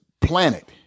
planet